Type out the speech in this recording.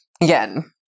Again